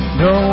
no